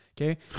Okay